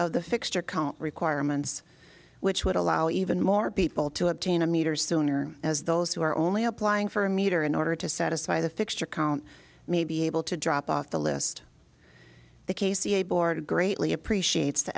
of the fixture count requirements which would allow even more people to obtain a meter sooner as those who are only applying for a meter in order to satisfy the fixture count may be able to drop off the list the k c board greatly appreciates the